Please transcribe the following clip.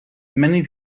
many